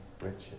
Richard